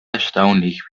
erstaunlich